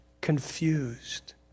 confused